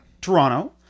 Toronto